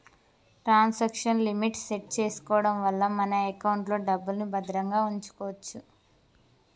transaction limit set చేసుకోడం వల్ల మన ఎకౌంట్లో డబ్బుల్ని భద్రంగా వుంచుకోచ్చు